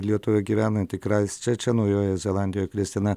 lietuvė gyvenanti kraisčerče naujojoje zelandijoje kristina